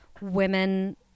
women